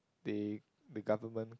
they the government